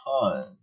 time